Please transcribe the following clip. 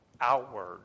outward